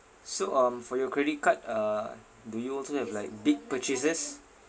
so um for your credit card uh do you also have like big purchases